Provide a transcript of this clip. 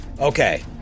Okay